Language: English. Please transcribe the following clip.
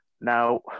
Now